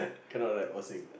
cannot rap or sing